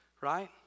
right